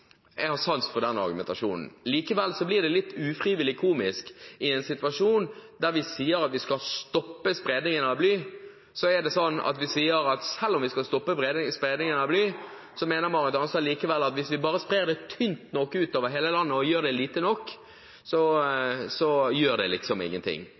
Jeg har sans for den argumentasjonen. Likevel blir det litt ufrivillig komisk at i en situasjon der vi sier at vi skal stoppe spredningen av bly, så mener Marit Arnstad likevel at hvis vi bare sprer det tynt nok utover hele landet og gjør det lite nok, så gjør det liksom ingen ting. Sånn er det altså ikke. Vi «skal stanse» bruken og spredningen av bly, og da er det